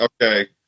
okay